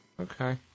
Okay